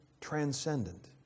transcendent